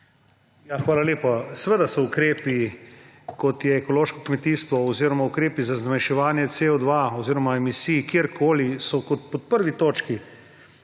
Hvala lepa. Seveda so ukrepi, kot je ekološko kmetijstvo oziroma ukrepi za zmanjševanje CO2 oziroma emisij kjerkoli v prvi točki